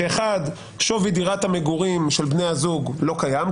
כשבמקרה אחד שווי דירת המגורים של בני הזוג לא קיים,